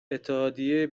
اتحادیه